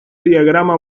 diagrama